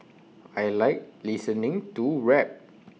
I Like listening to rap